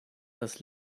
dass